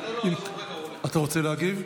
אתה רוצה להגיב?